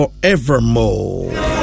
forevermore